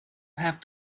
have